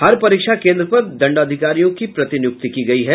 हर परीक्षा केंद्र पर दंडाधिकारियों की प्रतिनियुक्ति की गयी है